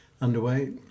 underway